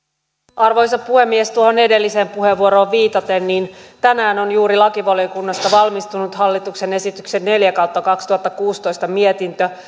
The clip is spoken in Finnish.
arvoisa puhemies tuohon edelliseen puheenvuoroon viitaten tänään on juuri lakivaliokunnasta valmistunut hallituksen esityksen neljä kautta kaksituhattakuusitoista mietintö